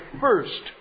first